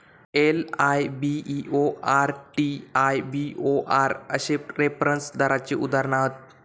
LIBOR, TIBOR अश्ये reference दराची उदाहरणा हत